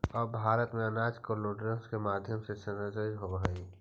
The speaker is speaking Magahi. अब भारत में अनाज कोल्डस्टोरेज के माध्यम से संरक्षित होवऽ हइ